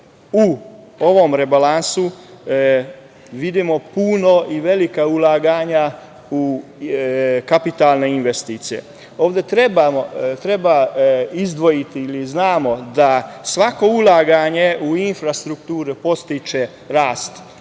u ovom rebalansu vidimo puno i velika ulaganja u kapitalne investicije. Ovde treba izdvojiti ili znamo da svako ulaganje u infrastrukturu podstiče rast